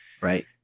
right